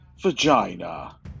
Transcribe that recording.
vagina